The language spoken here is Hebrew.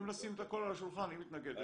אם נשים את הכול על השולחן, היא מתנגדת.